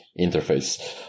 interface